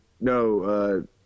no